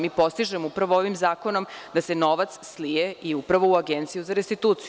Mi postižemo upravo ovim zakonom da se novac slije i upravo u Agenciju za restituciju.